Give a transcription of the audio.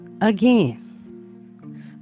Again